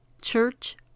church